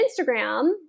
Instagram